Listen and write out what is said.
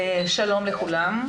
שלום לכולם.